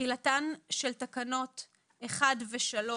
תחילתן של תקנות (1) ו-(3)